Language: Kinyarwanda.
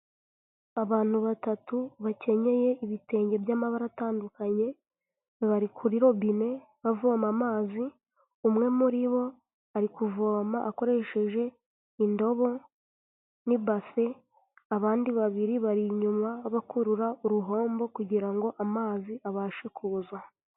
Abantu batatu bakenyeye ibitenge by'amabara atandukanye bari kuri robine bavoma amazi umwe muri bo ari kuvoma akoresheje indobo n'ibase abandi babiri bari inyuma bakurura uruhombo kugira ngo amazi abashe kuza.